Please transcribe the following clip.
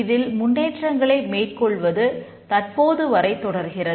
இதில் முன்னேற்றங்களை மேற்கொள்வது தற்போது வரை தொடர்கிறது